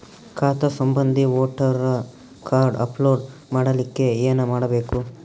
ಖಾತಾ ಸಂಬಂಧಿ voter card upload ಮಾಡಲಿಕ್ಕೆ ಏನ ಮಾಡಬೇಕು?